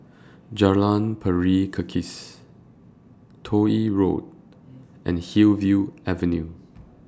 Jalan Pari Kikis Toh Yi Road and Hillview Avenue